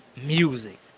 music